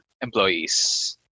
employees